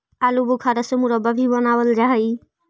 आलू बुखारा से मुरब्बा भी बनाबल जा हई